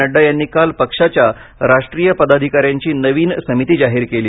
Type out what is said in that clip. नड्डा यांनी काल पक्षाच्या राष्ट्रीय पदाधिका यांची नवीन समिती जाहीर केली